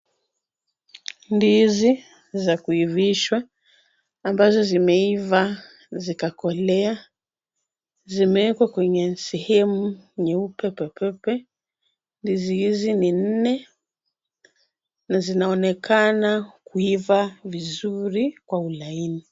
Ndizi za kuivishwa ambazo zimeiva zikakolea. Zimewekwa kwenye sehemu nyeupe pepepe. Ndizi hizi ni nne na zinaonekana kuiva vizuri kwa ulaini.